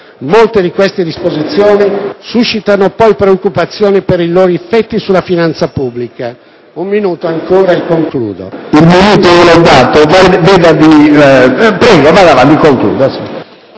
Molte di queste disposizioni suscitano poi preoccupazioni per i loro effetti sulla finanza pubblica. Si pensi all'articolo